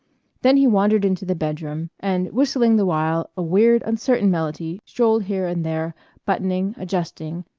then he wandered into the bedroom, and whistling the while a weird, uncertain melody, strolled here and there buttoning, adjusting,